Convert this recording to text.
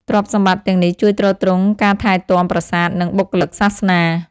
ទ្រព្យសម្បត្តិទាំងនេះជួយទ្រទ្រង់ការថែទាំប្រាសាទ និងបុគ្គលិកសាសនា។